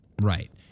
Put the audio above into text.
Right